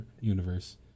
universe